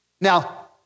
Now